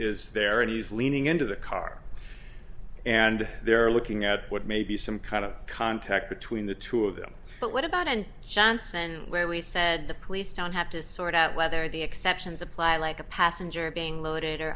is there and he's leaning into the car and they're looking at what may be some kind of contact between the two of them but what about in johnson where we said the police don't have to sort out whether the exceptions apply like a passenger being loaded